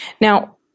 Now